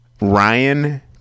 Ryan